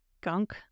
gunk